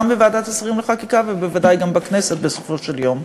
גם בוועדת השרים לחקיקה ובוודאי גם בכנסת בסופו של יום.